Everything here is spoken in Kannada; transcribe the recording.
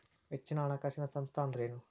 ಹೆಚ್ಚಿನ ಹಣಕಾಸಿನ ಸಂಸ್ಥಾ ಅಂದ್ರೇನು?